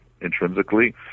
intrinsically